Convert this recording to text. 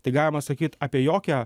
tai galima sakyt apie jokią